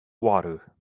water